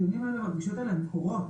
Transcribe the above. הדיונים האלה, הפגישות האלה הן קורות